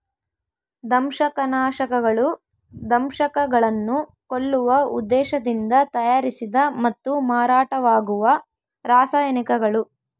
ದಂಶಕನಾಶಕಗಳು ದಂಶಕಗಳನ್ನು ಕೊಲ್ಲುವ ಉದ್ದೇಶದಿಂದ ತಯಾರಿಸಿದ ಮತ್ತು ಮಾರಾಟವಾಗುವ ರಾಸಾಯನಿಕಗಳು